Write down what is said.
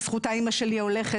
בזכותה אימא שלי הולכת.